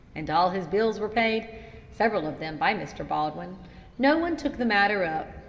and all his bills were paid several of them by mr. baldwin no one took the matter up.